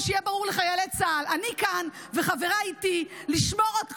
ושיהיה ברור לחיילי צה"ל: אני וחבריי איתי כאן לשמור על כבודכם,